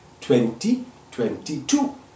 2022